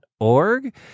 org